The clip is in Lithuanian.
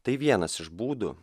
tai vienas iš būdų